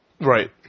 Right